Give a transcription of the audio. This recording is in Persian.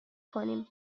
کنیم